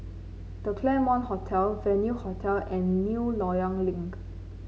The Claremont Hotel Venue Hotel and New Loyang Link